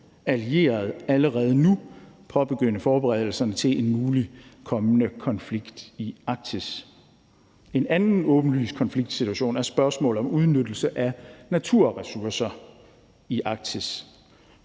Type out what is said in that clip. allierede allerede nu påbegynde forberedelserne til en mulig kommende konflikt i Arktis. En anden åbenlys konfliktsituation er spørgsmålet om udnyttelse af naturressourcer i Arktis.